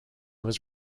was